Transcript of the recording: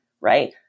right